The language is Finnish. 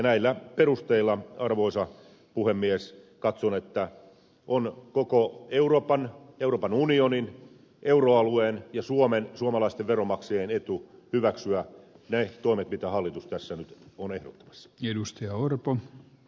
näillä perusteilla arvoisa puhemies katson että on koko euroopan euroopan unionin euroalueen ja suomen suomalaisten veronmaksajien etu hyväksyä ne toimet mitä hallitus tässä nyt on ehdottamassa